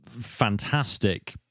fantastic